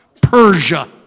Persia